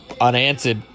unanswered